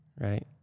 right